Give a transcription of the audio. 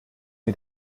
mit